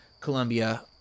Colombia